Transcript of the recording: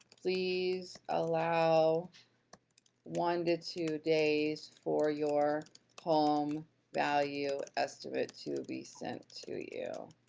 please allow one to two days for your home value estimate to be sent to you.